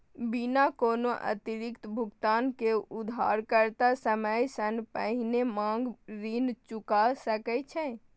बिना कोनो अतिरिक्त भुगतान के उधारकर्ता समय सं पहिने मांग ऋण चुका सकै छै